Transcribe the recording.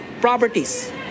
properties